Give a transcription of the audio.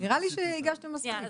נראה לי שהגשת מספיק.